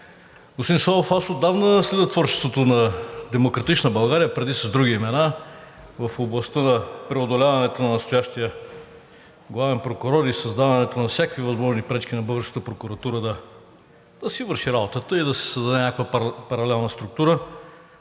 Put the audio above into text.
Господин Славов, аз отдавна следя творчеството на „Демократична България“, преди с други имена, в областта на преодоляването на настоящия главен прокурор и създаването на всякакви възможни пречки на българската прокуратура да си върши работата и да се създаде някаква паралелна структура.